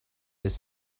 this